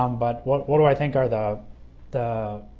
um but what what do i think are the the